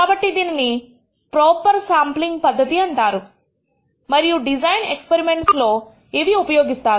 కాబట్టి దీనిని proper sampling పద్ధతి అంటారు మరియు డిజైన్ ఎక్స్పరిమెంట్స్ లో ఇవి ఉపయోగిస్తారు